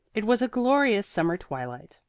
it was a glorious summer twilight.